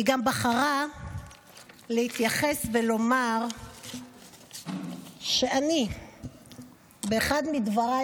היא גם בחרה להתייחס ולומר שאני באחד מדבריי,